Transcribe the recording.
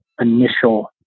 initial